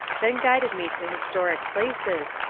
then guided me to historic places,